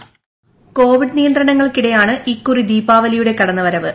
voice Covid നിയന്ത്രണങ്ങൾക്കിടെയാണ് ഇക്കുറി ദീപാവലിയുടെ കടന്നു വരവ്